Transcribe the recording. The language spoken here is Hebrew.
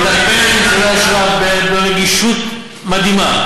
שמטפלת בניצולי השואה ברגישות מדהימה.